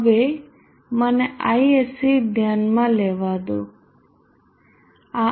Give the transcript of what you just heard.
હવે મને isc ધ્યાનમાં લેવા દો આ 8